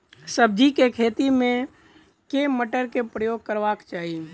सब्जी केँ खेती मे केँ मोटर केँ प्रयोग करबाक चाहि?